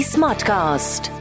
Smartcast